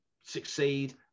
succeed